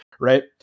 right